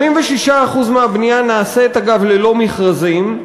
86% מהבנייה נעשית, אגב, ללא מכרזים,